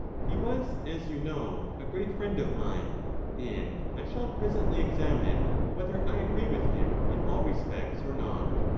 he was, as you know, a great friend of mine and i shall presently examine whether i agree with him in all respects or not.